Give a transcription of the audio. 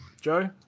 Joe